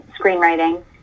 screenwriting